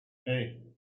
hey